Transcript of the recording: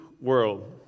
world